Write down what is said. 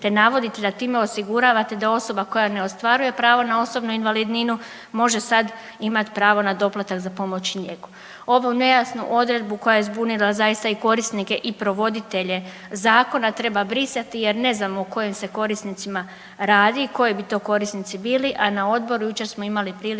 te navodite da time osiguravate da osoba koja ne ostvaruje pravo na osobnu invalidninu može sad imati pravo na doplatak za pomoć i njegu. Ovu nejasnu odredbu koja je zbunila zaista i korisnike i provoditelje zakona treba brisati jer ne znamo o kojim se korisnicima radi, koji bi to korisnici bili, a na odboru jučer smo imali priliku